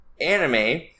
anime